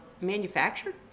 manufactured